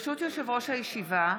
ברשות יושב-ראש הישיבה,